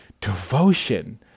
devotion